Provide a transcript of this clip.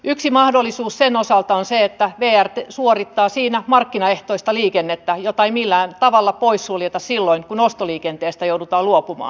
yksi mahdollisuus sen osalta on että vr suorittaa siinä markkinaehtoista liikennettä mitä ei millään tavalla poissuljeta kun ostoliikenteestä joudutaan luopumaan